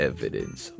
Evidence